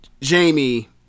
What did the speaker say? Jamie